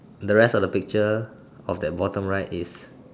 the rest of the picture of that bottom right is